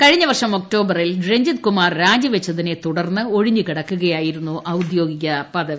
കഴിഞ്ഞ വർഷം ഒക്ടോബറിൽ രജ്ഞിത് കുമാർ രാജിവെച്ചതിനെ തുടർന്ന് ഒഴിഞ്ഞ് കിടക്കുകയായിരുന്നു ഔദ്യോഗിക പദവി